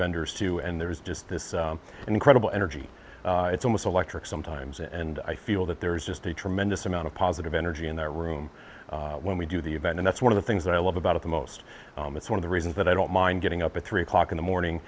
vendors too and there was just this an incredible energy it's almost electric sometimes and i feel that there is just a tremendous amount of positive energy in our room when we do the event and that's one of the things that i love about of the most it's one of the reasons that i don't mind getting up at three o'clock in the morning